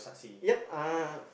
yup uh